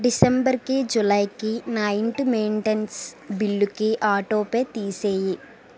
డిసెంబర్కి జులైకి నా ఇంటి మెయింటెనెన్స్ బిల్లుకి ఆటోపే తీసేయి